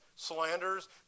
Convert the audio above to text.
slanders